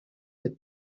had